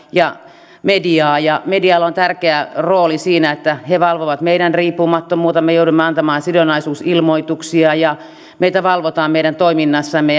ja mediaa medialla on tärkeä rooli siinä että he valvovat meidän riippumattomuuttamme me joudumme antamaan sidonnaisuusilmoituksia ja meitä valvotaan meidän toiminnassamme